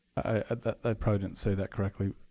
i but i probably didn't say that correctly.